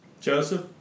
joseph